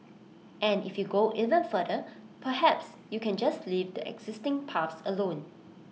and if you go even further perhaps you can just leave the existing paths alone